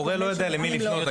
הורה לא יודע למי לפנות.